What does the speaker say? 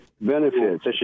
benefits